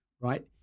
right